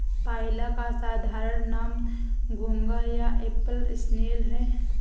पाइला का साधारण नाम घोंघा या एप्पल स्नेल है